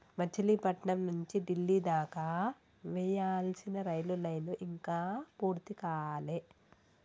మచిలీపట్నం నుంచి డిల్లీ దాకా వేయాల్సిన రైలు లైను ఇంకా పూర్తి కాలే